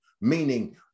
meaning